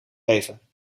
leven